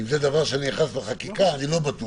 אם זה דבר שנאחז בחקיקה אני לא בטוח.